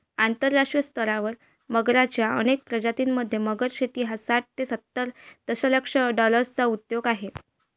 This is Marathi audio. आंतरराष्ट्रीय स्तरावर मगरच्या अनेक प्रजातीं मध्ये, मगर शेती हा साठ ते सत्तर दशलक्ष डॉलर्सचा उद्योग आहे